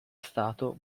stato